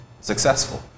successful